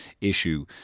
issue